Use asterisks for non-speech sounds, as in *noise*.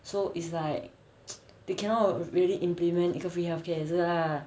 so it's like *noise* they cannot really implement 一个 free healthcare 也是 lah